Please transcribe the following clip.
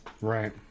right